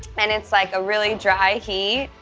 and it's, like, a really dry heat.